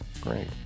Great